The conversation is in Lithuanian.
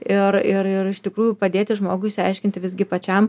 ir ir ir ir iš tikrųjų padėti žmogui išsiaiškinti visgi pačiam